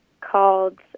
called